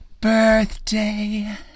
birthday